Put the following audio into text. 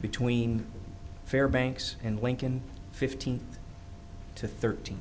between fair banks and lincoln fifteen to thirty